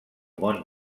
món